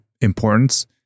importance